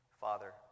Father